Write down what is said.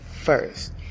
first